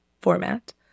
format